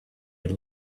had